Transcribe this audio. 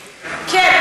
כן.